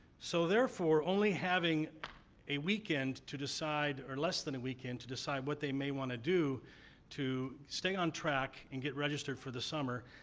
so, therefore, only having a weekend to decide or, less than a weekend to decide what they may want to do to stay on track and get registered for the summer,